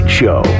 show